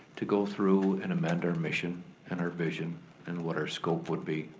to go through and amend our mission and our vision and what our scope would be,